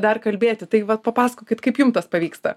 dar kalbėti tai vat papasakokit kaip jum tas pavyksta